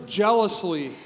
jealously